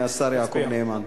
השר יעקב נאמן.